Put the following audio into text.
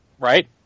Right